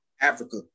africa